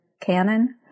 canon